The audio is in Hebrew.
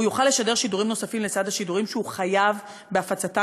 והוא יוכל לשדר שידורים נוספים לצד השידורים שהוא חייב בהפצתם,